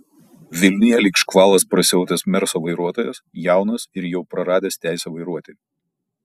vilniuje lyg škvalas prasiautęs merso vairuotojas jaunas ir jau praradęs teisę vairuoti